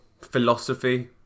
philosophy